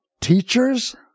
teachers